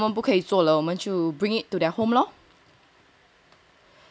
我们不可以做的我们就 bring it to their home lor